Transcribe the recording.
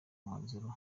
umwanzuro